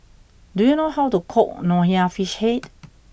do you know how to cook Nonya Fish Head